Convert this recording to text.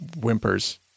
whimpers